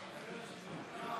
מי נגד